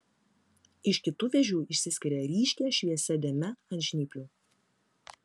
iš kitų vėžių išsiskiria ryškia šviesia dėme ant žnyplių